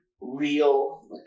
real